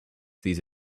these